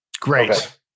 Great